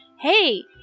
hey